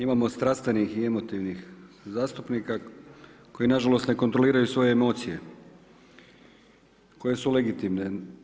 Imamo strastvenih i emotivnih zastupnika, koji nažalost ne kontroliraju svoje emocije, koje su legitimne.